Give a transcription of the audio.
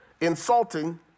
insulting